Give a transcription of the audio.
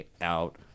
out